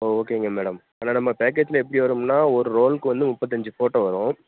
ஓ ஓகேங்க மேடம் அதுதான் நம்ம பேக்கேஜ்ல எப்படி வரும்னால் ஒரு ரோலுக்கு வந்து முப்பத்தஞ்சு ஃபோட்டோ வரும்